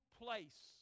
place